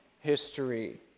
history